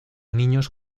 niños